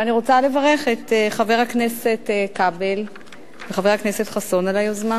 ואני רוצה לברך את חבר הכנסת כבל וחבר הכנסת חסון על היוזמה.